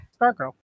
Stargirl